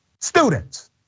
students